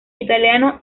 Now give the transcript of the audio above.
italiano